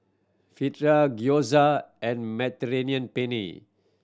Fritada Gyoza and Mediterranean Penne